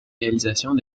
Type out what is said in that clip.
réalisations